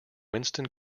winston